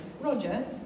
Roger